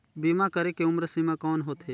बीमा करे के उम्र सीमा कौन होथे?